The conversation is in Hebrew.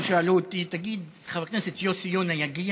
עכשיו שאלו אותי: תגיד, חבר הכנסת יוסי יונה יגיע?